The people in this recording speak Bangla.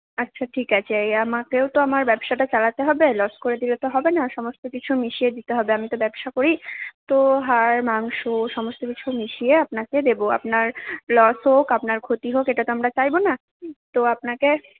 আচ্ছা ঠিক আছে আমাকেও তো আমার ব্যবসাটা চালাতে হবে লস করে দিলে তো হবে না সমস্ত কিছু মিশিয়ে দিতে হবে আমি তো ব্যবসা করি তো হাড় মাংস সমস্ত কিছু মিশিয়ে আপনাকে দেবো আপনার লস হোক আপনার ক্ষতি হোক এটা তো আমরা চাইব না তো আপনাকে